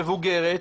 מבוגרת,